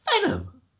Venom